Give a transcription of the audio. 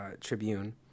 Tribune